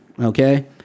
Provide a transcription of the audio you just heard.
okay